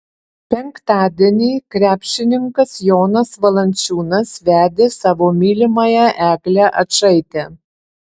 penktadienį krepšininkas jonas valančiūnas vedė savo mylimąją eglę ačaitę